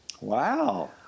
Wow